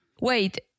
Wait